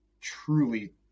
truly